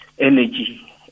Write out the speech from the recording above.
energy